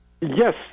Yes